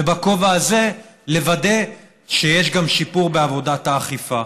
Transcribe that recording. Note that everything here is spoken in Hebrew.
ובכובע הזה לוודא שיש גם שיפור בעבודת האכיפה,